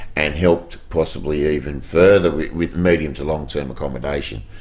and helped possibly even further with medium to long term accommodation.